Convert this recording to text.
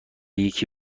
یکی